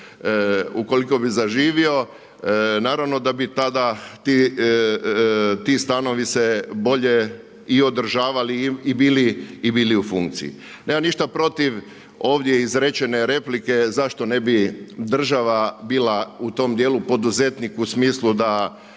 ukoliko bi zaživio naravno da bi tada ti stanovi se bolje i održavali i bili u funkciji. Nemam ništa protiv ovdje izrečene replike zašto ne bi država bila u tom djelu poduzetnik u smislu da